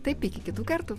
taip iki kitų kartų